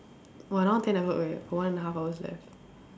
!wah! now ten o-clock already one and half hours left